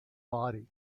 body